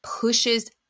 pushes